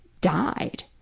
died